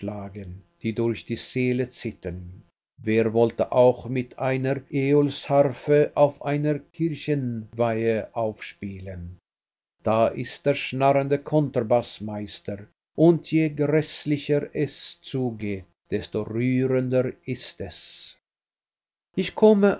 die durch die seele zittern wer wollte auch mit einer äolsharfe auf einer kirchweihe aufspielen da ist der schnarrende konterbaß meister und je gräßlicher es zugeht desto rührender ist es ich komme